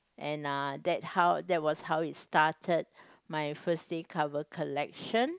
and uh that how that was how it started my first day cover collection